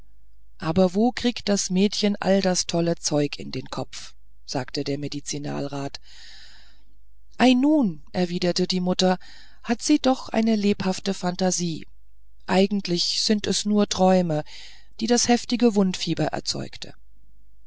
aber wo kriegt das mädchen all das tolle zeug in den kopf sagte der medizinalrat ei nun erwiderte die mutter hat sie doch eine lebhafte phantasie eigentlich sind es nur träume die das heftige wundfieber erzeugte